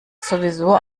sowieso